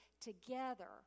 together